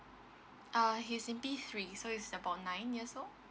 uh he's in P three so he's about nine years old